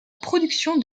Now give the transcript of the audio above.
production